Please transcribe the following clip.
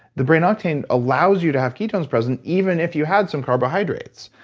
the brain octane allows you to have ketones present even if you had some carbohydrates.